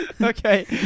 Okay